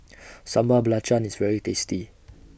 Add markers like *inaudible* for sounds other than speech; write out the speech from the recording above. *noise* Sambal Belacan IS very tasty *noise*